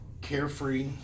carefree